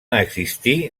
existir